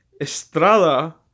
Estrada